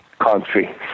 country